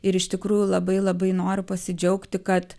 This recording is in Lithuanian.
ir iš tikrųjų labai labai noriu pasidžiaugti kad